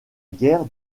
guerre